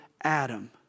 Adam